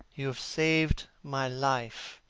you have saved my life,